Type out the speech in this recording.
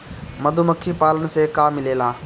मधुमखी पालन से का मिलेला?